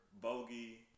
Bogey